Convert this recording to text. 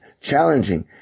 challenging